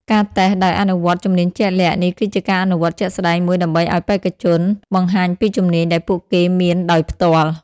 ការតេស្តដោយអនុវត្តជំនាញជាក់លាក់ នេះគឺជាការអនុវត្តជាក់ស្ដែងមួយដើម្បីឲ្យបេក្ខជនបង្ហាញពីជំនាញដែលពួកគេមានដោយផ្ទាល់។